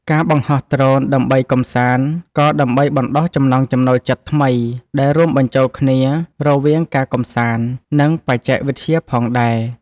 ការបង្ហោះដ្រូនដើម្បីកម្សាន្ត ក៏ដើម្បីបណ្ដុះចំណង់ចំណូលចិត្តថ្មីដែលរួមបញ្ចូលគ្នារវាងការកម្សាន្ត និងបច្ចេកវិទ្យាផងដែរ។